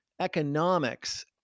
economics